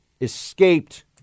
escaped